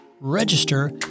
register